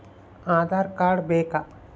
Aadhaar card ಬೇಕಾ?